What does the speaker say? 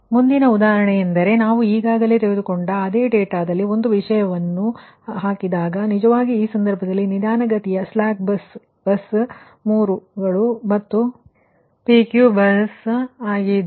ಆದ್ದರಿಂದ ಮುಂದಿನ ಉದಾಹರಣೆಯೆಂದರೆ ನಾವು ಈಗಾಗಲೇ ತೆಗೆದುಕೊಂಡ ಅದೇ ಡೇಟಾದಲ್ಲಿ ಒಂದು ವಿಷಯವನ್ನು ಬಿಟ್ಟು ನಿಜವಾಗಿ ಈ ಸಂದರ್ಭದಲ್ಲಿ ನಿಧಾನಗತಿಯ ಬಸ್ ಬಸ್ 3 PQ ಬಸ್ ಆಗಿದ್ದು